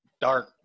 dark